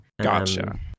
gotcha